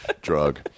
drug